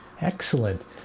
Excellent